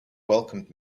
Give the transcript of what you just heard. welcomed